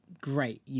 great